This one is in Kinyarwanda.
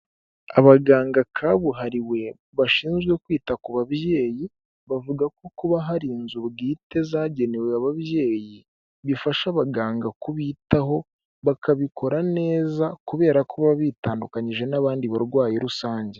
Abaganga kabuhariwe bashinzwe kwita ku babyeyi bavuga ko kuba hari inzu bwite zagenewe ababyeyi, bifasha abaganga kubitaho bakabikora neza kubera ko baba bitandukanyije n'abandi barwayi rusange.